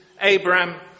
Abraham